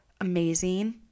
amazing